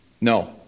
No